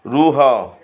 ରୁହ